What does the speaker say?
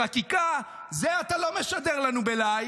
לחקיקה, אץ זה אתה לא משדר לנו בלייב.